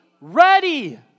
ready